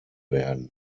werden